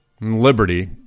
Liberty